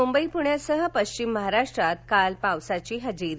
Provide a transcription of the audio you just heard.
मुंबई पुण्यासह पश्चिम महाराष्ट्रात काल पावसाची हजेरी